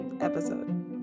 episode